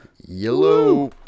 Yellow